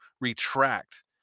retract